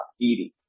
eating